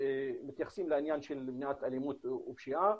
שמתייחסים לעניין של מניעת אלימות ופשיעה